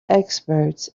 experts